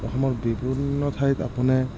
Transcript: অসমৰ বিভিন্ন ঠাইত